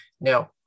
Now